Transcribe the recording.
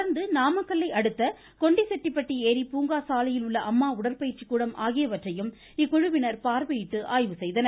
தொடர்ந்து நாமக்கல்லை அடுத்த கொண்டிசெட்டிப்பட்டி ஏரி பூங்கா சாலையில் உள்ள அம்மா உடற்பயிற்சிக்கூடம் ஆகியவற்றையும் இக்குழுவினர் பார்வையிட்டு ஆய்வு செய்தனர்